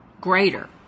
greater